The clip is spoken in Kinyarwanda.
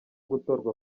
gutorwa